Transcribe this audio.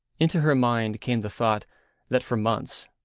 into her mind came the thought that for months,